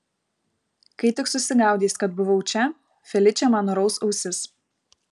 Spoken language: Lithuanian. kai tik susigaudys kad buvau čia feličė man nuraus ausis